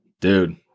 Dude